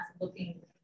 looking